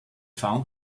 found